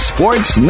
Sports